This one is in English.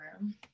room